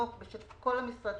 היות ויש קשיים כלכליים קשים